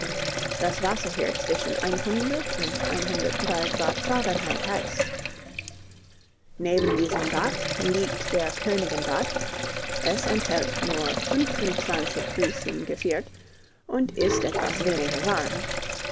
das wasser hier zwischen einhundert und einhundertdrei grad fahrenheit heiß neben diesem bade liegt der königin bad es enthält nur fünfundzwanzig fuß im geviert und ist etwas weniger warm